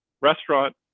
restaurant